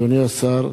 אדוני השר,